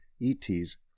E.T.'s